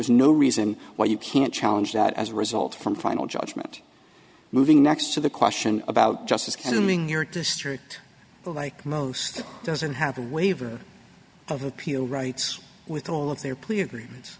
is no reason why you can't challenge that as a result from final judgment moving next to the question about justice and them in your district like most doesn't have a waiver of appeal rights with all of their clea